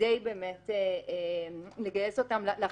כדי לגייס אותם לחשיבות,